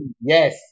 Yes